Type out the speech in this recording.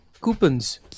coupons